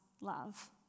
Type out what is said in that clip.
love